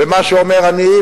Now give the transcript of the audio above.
ומה שאומר אני,